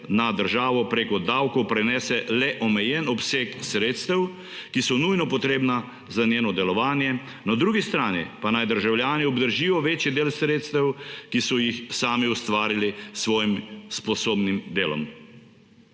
na državo preko davkov prenese le omejen obseg sredstev, ki so nujno potrebna za njeno delovanje. Na drugi strani pa naj državljani obdržijo večji del sredstev, ki so jih sami ustvarili s svojim sposobnim delom.